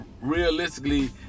realistically